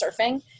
surfing